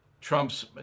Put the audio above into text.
Trump's